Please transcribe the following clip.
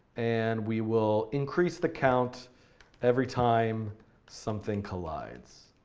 and we will increase the count every time something collides.